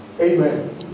Amen